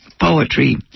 poetry